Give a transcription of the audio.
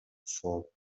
суув